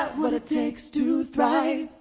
what it takes to thrive.